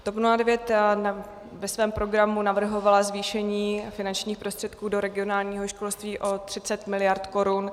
TOP 09 ve svém programu navrhovala zvýšení finančních prostředků do regionálního školství o 30 mld. korun.